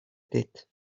tête